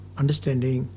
understanding